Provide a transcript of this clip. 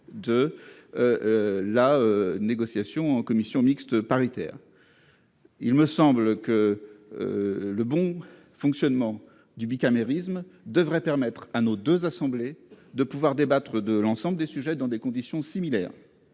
de conséquence, en commission mixte paritaire. Le bon fonctionnement du bicamérisme devrait permettre à nos deux assemblées de pouvoir débattre de l'ensemble des sujets dans des conditions similaires.